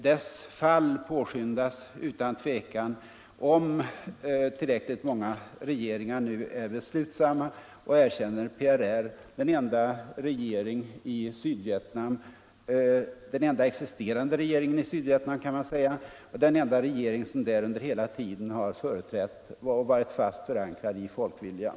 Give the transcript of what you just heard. Dess fall påskyndas utan tvivel om tillräckligt många regeringar nu är beslutsamma och erkänner PRR, den enda existerande verkliga regeringen i Sydvietnam och den enda regering som där under hela tiden har företrätt och varit fast förankrad i folkviljan.